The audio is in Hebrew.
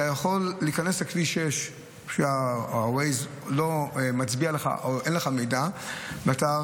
אתה יכול להיכנס לכביש 6 כשאין לך מידע מה-Waze,